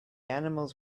animals